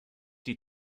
die